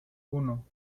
uno